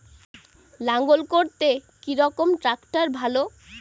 লাঙ্গল করতে কি রকম ট্রাকটার ভালো?